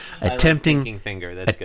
Attempting